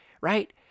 right